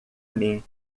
mim